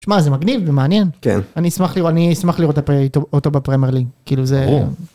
שמע זה מגניב ומעניין כן אני אשמח לראות אני אשמח לראות אותו בפרמייר ליג כאילו זה.